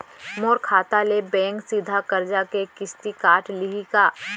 मोर खाता ले बैंक सीधा करजा के किस्ती काट लिही का?